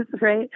right